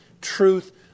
Truth